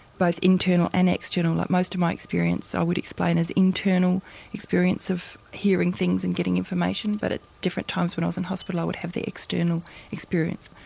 both internal and external, like most of my experience i would explain as internal, the experience of hearing things and getting information. but at different times when i was in hospital i would have the external experience.